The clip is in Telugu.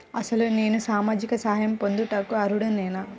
అసలు నేను సామాజిక సహాయం పొందుటకు అర్హుడనేన?